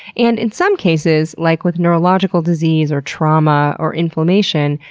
and in some cases like with neurological disease or trauma or inflammation,